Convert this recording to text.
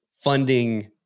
funding